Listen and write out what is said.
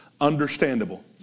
understandable